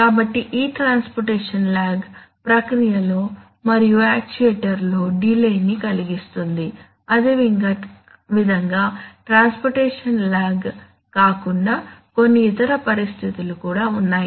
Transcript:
కాబట్టి ఈ transportation lag ప్రక్రియలో మరియు యాక్యుయేటర్లో డిలే ని కలిగిస్తుంది అదేవిధంగా ట్రాన్స్పోర్టేషన్ లాగ్ కాకుండా కొన్ని ఇతర పరిస్థితులు కూడా ఉన్నాయి